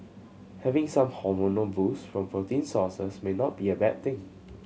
having some hormonal boost from protein sources may not be a bad thing